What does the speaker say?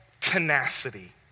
tenacity